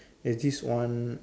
there's this one